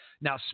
Now